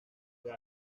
cela